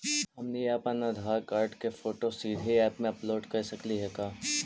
हमनी अप्पन आधार कार्ड के फोटो सीधे ऐप में अपलोड कर सकली हे का?